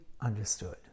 understood